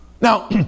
Now